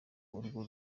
urwo